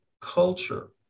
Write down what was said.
culture